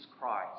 Christ